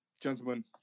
Gentlemen